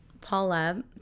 Paula